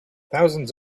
thousands